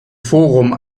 forum